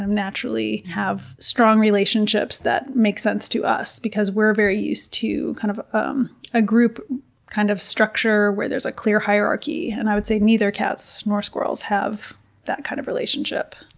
um naturally have really strong relationships that make sense to us, because we're very used to kind of um a group kind of structure where there's a clear hierarchy, and i would say neither cats nor squirrels have that kind of relationship.